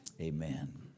Amen